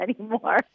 anymore